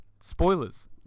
Spoilers